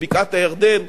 בקעת-הירדן,